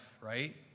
Right